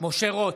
משה רוט,